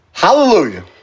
Hallelujah